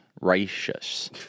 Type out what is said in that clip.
righteous